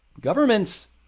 Governments